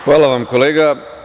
Hvala vam kolega.